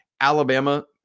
Alabama